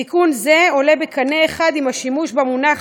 תיקון זה עולה בקנה אחד עם השימוש במונח